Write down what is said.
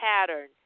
pattern